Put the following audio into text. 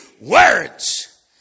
words